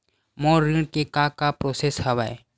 मोर ऋण के का का प्रोसेस हवय?